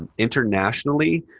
and internationally,